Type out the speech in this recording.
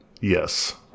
Yes